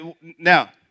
Now